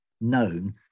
known